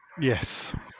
Yes